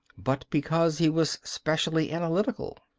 but because he was specially analytical.